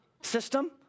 system